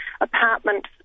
apartment